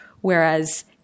whereas